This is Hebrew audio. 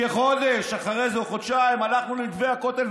כחודש אחרי זה או חודשיים הלכנו למתווה הכותל,